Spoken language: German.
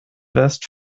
west